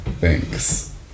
Thanks